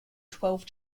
twelve